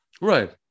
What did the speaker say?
Right